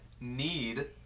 need